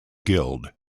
guild